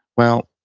well,